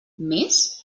més